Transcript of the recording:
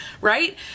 right